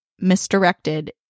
misdirected